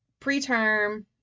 preterm